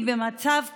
היא במצב קשה,